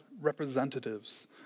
representatives